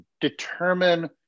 determine